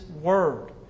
word